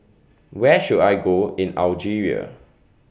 Where should I Go in Algeria